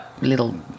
little